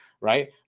right